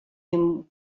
him